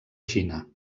xina